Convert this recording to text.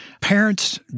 Parents